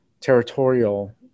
territorial